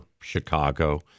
Chicago